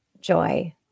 joy